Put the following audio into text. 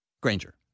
Granger